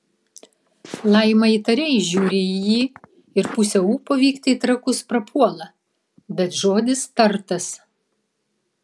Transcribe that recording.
laima įtariai žiūri į jį ir pusė ūpo vykti į trakus prapuola bet žodis tartas